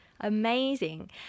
Amazing